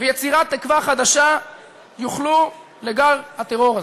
ויצירת תקווה חדשה יוכלו לגל הטרור הזה.